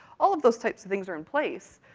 all of those types of things are in place.